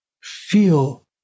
feel